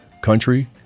country